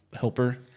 helper